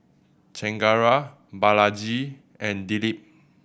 Chengara Balaji and Dilip